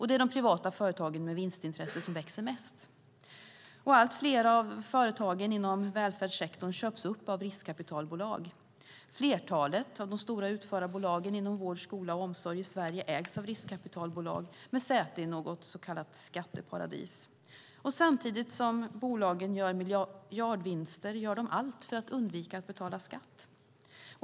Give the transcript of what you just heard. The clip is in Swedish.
Det är de privata företagen med vinstintresse som växer mest. Allt fler av företagen inom välfärdssektorn köps upp av riskkapitalbolag. Flertalet av de stora utförarbolagen inom vård, skola och omsorg i Sverige ägs av riskkapitalbolag med säte i något så kallat skatteparadis. Samtidigt som bolagen gör miljardvinster gör de allt för att undvika att betala skatt.